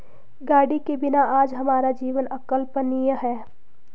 गाड़ी के बिना आज हमारा जीवन अकल्पनीय है